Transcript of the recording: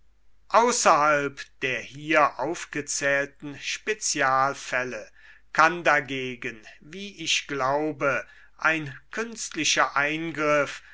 außerhalb der hier aufgezählten spezialfälle kann dagegen wie ich glaube ein künstlicher eingriff